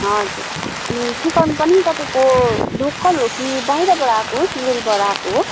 हजुर अनि चिकन पनि तपाईँको लोकल हो कि बाहिरबाट आएको हो सिलगडीबाट आएको हो